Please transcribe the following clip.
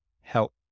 help